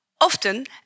often